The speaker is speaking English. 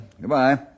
Goodbye